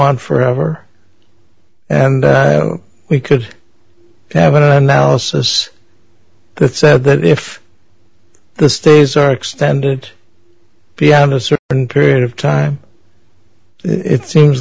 on forever and we could have an analysis that said that if the states are extended beyond a certain period of time it seems